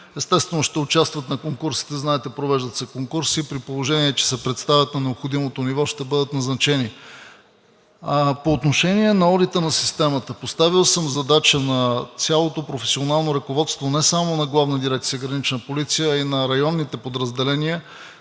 Естествено, ще участват на конкурсите, знаете, провеждат се конкурси, при положение че се представят на необходимото ниво, ще бъдат назначени. По отношение на одита в системата. Поставил съм задача на цялото професионално ръководство, не само на Главна дирекция „Гранична полиция“, но и на районните подразделения.